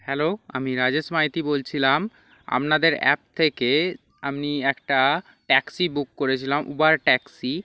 hello আমি রাজেশ মাইতি বলছিলাম আপনাদের অ্যাপ থেকে আমনি একটা ট্যাক্সি বুক করেছিলাম উবার ট্যাক্সি